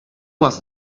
was